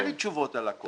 אין לי תשובות לכל.